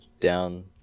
Down